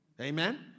Amen